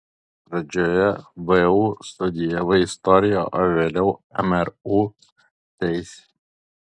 pradžioje vu studijavai istoriją o vėliau mru teisę